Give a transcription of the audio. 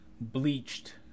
bleached